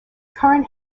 current